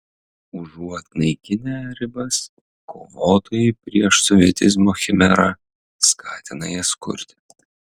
užuot naikinę ribas kovotojai prieš sovietizmo chimerą skatina jas kurti